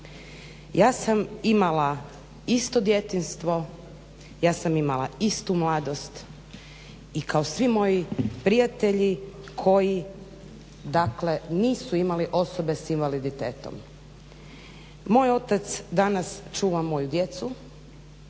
Ja sam imala isto djetinjstvo, ja sam imala istu mladost i kao svi moji prijatelji koji dakle nisu imali osobe s invaliditetom. Moj otac danas čuva moju djecu,